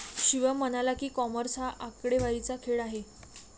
शिवम म्हणाला की, कॉमर्स हा आकडेवारीचा खेळ आहे